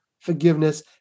forgiveness